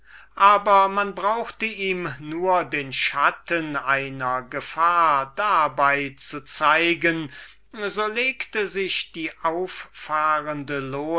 aber man brauchte ihm nur den schatten einer gefahr dabei zu zeigen so legte sich die auffahrende